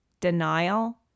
denial